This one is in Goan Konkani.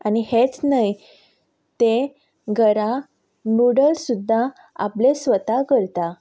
आनी हेंच न्हय तें घरा न्युडल्स सुद्दां आपले स्वता करता